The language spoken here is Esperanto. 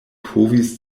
povis